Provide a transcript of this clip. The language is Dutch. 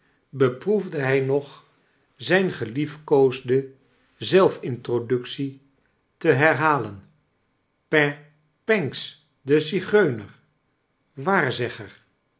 beproefde hij nog zijn geliefkoosde zelfintroductie te herhalen pa ancks de zigeuner